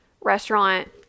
restaurant